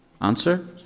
Answer